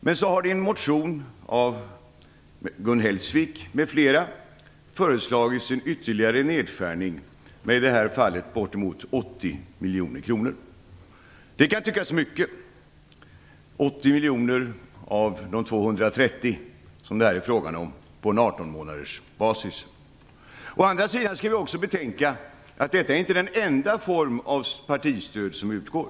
Men i en motion av Gun Hellsvik m.fl. föreslås ytterligare en nedskärning om bortemot 80 milj.kr. Det kan tyckas mycket med 80 miljoner av de 230 miljoner som det här är fråga om på 18-månadersbasis. Å andra sidan skall vi betänka att detta är inte den enda formen av partistöd som utgår.